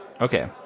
okay